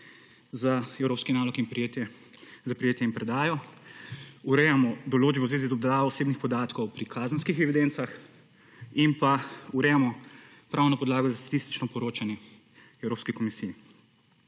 za evropski nalog za prijetje in predajo; urejamo določbe v zvezi z obdelavo osebnih podatkov pri kazenskih evidencah in urejamo pravno podlago za statistično poročanje Evropski komisiji.